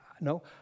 no